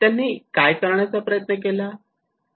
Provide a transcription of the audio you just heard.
त्यांनी काय करण्याचा प्रयत्न केला